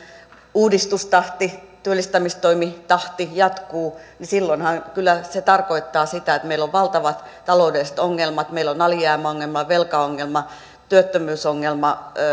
uudistustahti työllistämistoimitahti jatkuu niin silloinhan se kyllä tarkoittaa sitä että meillä on valtavat taloudelliset ongelmat meillä on alijäämäongelma velkaongelma työttömyysongelma